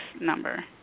number